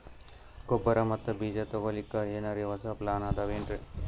ಗೊಬ್ಬರ ಮತ್ತ ಬೀಜ ತೊಗೊಲಿಕ್ಕ ಎನರೆ ಹೊಸಾ ಪ್ಲಾನ ಬಂದಾವೆನ್ರಿ?